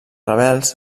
rebels